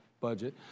budget